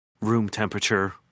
room-temperature